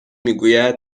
میگوید